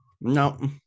No